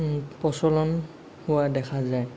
প্ৰচলন হোৱা দেখা যায়